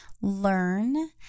learn